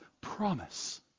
promise